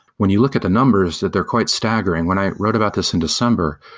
when you look at the numbers, that they're quite staggering. when i wrote about this in december,